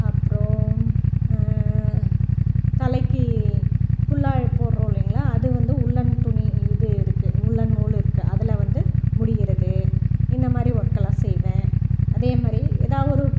அப்புறம் தலைக்கு குல்லா போடுறோம் இல்லைங்களா அது வந்து உல்லன் துணி இது இருக்குது உல்லன் நூல் இருக்குது அதில் வந்து முடிகிறது இந்த மாதிரி ஒர்க்கெலாம் செய்வேன் அதே மாதிரி ஏதாவது ஒரு